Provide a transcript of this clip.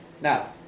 Now